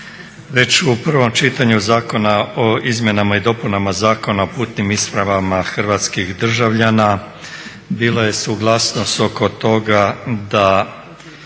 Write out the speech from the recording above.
Već u prvom čitanju Zakona o izmjenama i dopunama zakona o putnim ispravama hrvatskih državljana bilo je suglasnost oko toga da